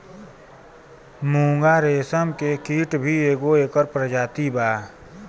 मूंगा रेशम के कीट भी एगो एकर प्रजाति बा